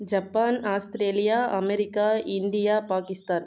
Japan Australia America India Pakistan